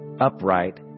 upright